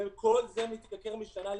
כל זה מתייקר משנה לשנה,